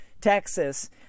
Texas